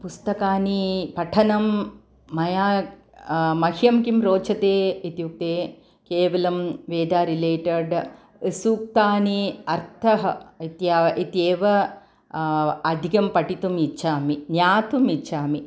पुस्तकानि पठनं मया मह्यं किं रोचते इत्युक्ते केवलं वेदा रिलेटेद् सूक्तानि अर्थः इत्या इत्येव अधिकं पठितुम् इच्छामि ज्ञातुम् इच्छामि